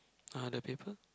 ah the paper